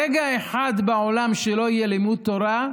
רגע אחד בעולם שלא יהיה לימוד תורה,